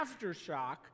aftershock